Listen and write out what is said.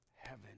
heaven